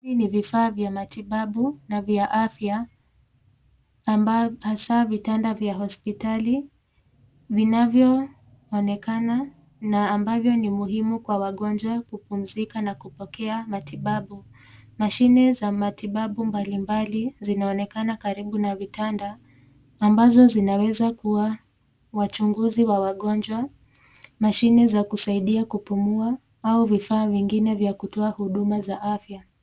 Hivi ni vifaa vya matibabu na vya afya hasa vitanda vya hospitali vinavyoonekana na ambavyo ni muhimu kwa wagonjwa kupumzika na kupokea matibabu. Mashine za matibabu mbalimbali zinaonekana karibu na vitanda ambazo zinaweza kuwa wachunguzi wa wagonjwa, mashine za kusaidia kupumua au vifaa vingine vya kutoa huduma za afya.